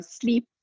sleep